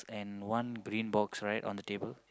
and one green box right on the table